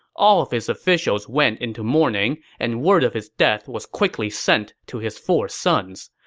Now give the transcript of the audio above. all of his officials went into mourning, and word of his death was quickly sent to his four sons.